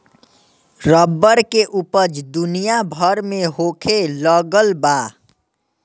rubber के ऊपज दुनिया भर में होखे लगल बा